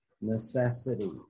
necessity